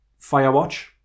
Firewatch